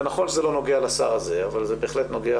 ונכון שזה לא נוגע לשר הזה אבל זה בהחלט נוגע.